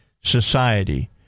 society